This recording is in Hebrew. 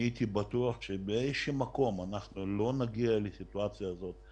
אני הייתי בטוח באיזשהו מקום שאנחנו לא נגיע לסיטואציה כזאת.